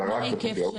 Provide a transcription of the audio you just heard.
אלא רק בחקלאות.